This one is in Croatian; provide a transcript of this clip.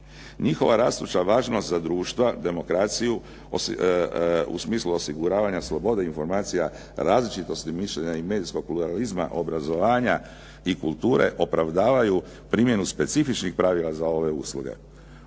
Njihova rastuća važnost za društva demokraciju u smislu osiguravanja slobode informacija, različitosti mišljenja i medijskog pluralizma, obrazovanja i kulture opravdavaju primjenu specifičnih pravila za ove usluge.